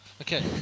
Okay